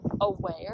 aware